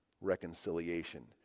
Reconciliation